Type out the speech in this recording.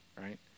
right